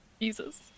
Jesus